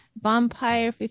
Vampire